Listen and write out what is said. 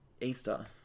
Easter